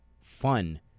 fun